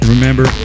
Remember